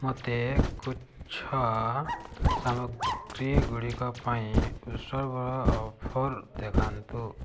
ମୋତେ ଗୁଚ୍ଛ ସାମଗ୍ରୀଗୁଡ଼ିକ ପାଇଁ ଉତ୍ସବର ଅଫର୍ ଦେଖାନ୍ତୁ